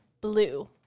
blue